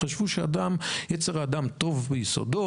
חשבו שיצר האדם טוב מיסודו,